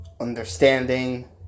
understanding